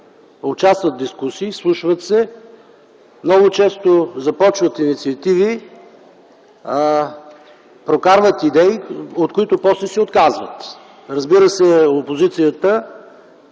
участват в дискусии, вслушват се, много често започват инициативи, прокарват идеи, от които после се отказват. Разбира се, опозицията